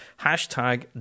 hashtag